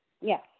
Yes